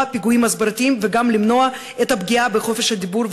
פיגועים הסברתיים וגם למנוע את הפגיעה בחופש הדיבור,